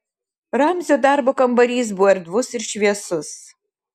ramzio darbo kambarys buvo erdvus ir šviesus